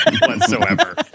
whatsoever